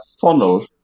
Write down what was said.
funnel